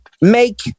make